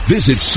Visit